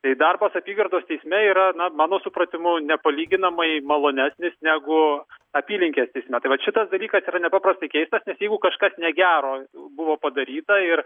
tai darbas apygardos teisme yra mano supratimu nepalyginamai malonesnis negu apylinkės teisme tai vat šitą dalykas yra nepaparastai keistas jeigu kažkas negero buvo padaryta ir